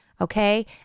Okay